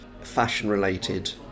fashion-related